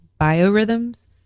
biorhythms